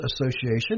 Association